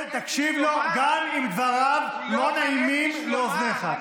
הוא לא, תקשיב לו גם אם דבריו לא נעימים לאוזניך.